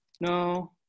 No